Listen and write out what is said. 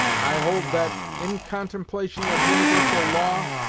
i hold that, in contemplation of universal law,